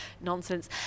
nonsense